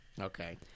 Okay